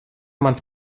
mans